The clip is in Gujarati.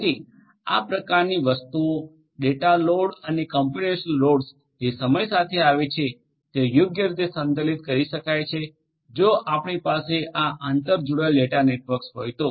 તેથી આ પ્રકારની વસ્તુઓ ડેટા બોજો અને કોમ્પ્યુટેશનલ લોડ જે સમય સાથે આવે છે તે યોગ્ય રીતે સંતુલિત કરી શકાય છે જો આપણી પાસે આ આંતરજોડાયેલ ડેટા સેન્ટર્સ હોય તો